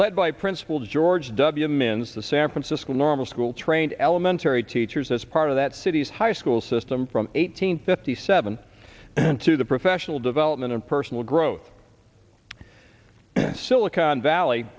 led by principal george w min's the san francisco normal school trained elementary teachers as part of that city's high school system from eighteen fifty seven to the professional development and personal growth silicon valley